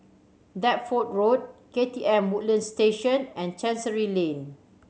Deptford Road K T M Woodlands Station and Chancery Lane